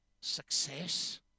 success